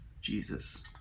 Jesus